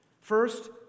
First